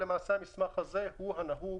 המסמך הזה נהוג